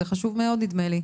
זה חשוב מאוד נדמה לי.